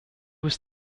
was